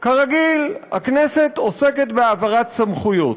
כרגיל, הכנסת עוסקת בהעברת סמכויות,